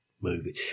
movie